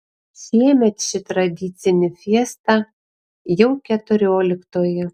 šiemet ši tradicinį fiesta jau keturioliktoji